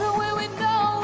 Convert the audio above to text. it go